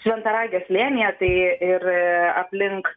šventaragio slėnyje tai ir aplink